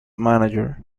manager